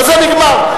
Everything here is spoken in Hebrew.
בזה נגמר.